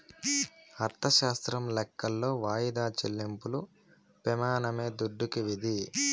అర్ధశాస్త్రం లెక్కలో వాయిదా చెల్లింపు ప్రెమానమే దుడ్డుకి విధి